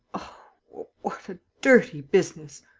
oh, what a dirty business!